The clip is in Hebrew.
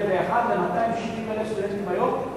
ל-270,000 סטודנטים היום,